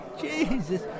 Jesus